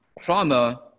trauma